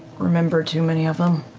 remember too many of them.